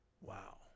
Wow